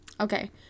Okay